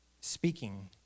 speaking